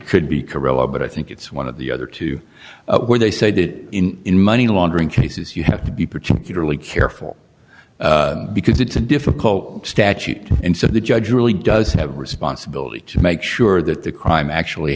corowa but i think it's one of the other two where they said it in money laundering cases you have to be particularly careful because it's a difficult statute and so the judge really does have a responsibility to make sure that the crime actually